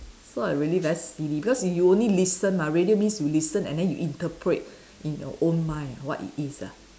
so I really very silly because if you only listen ah radio means you listen and then you interpret in your own mind ah what it is ah